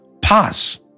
pass